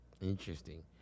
interesting